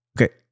Okay